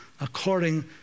according